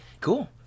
Cool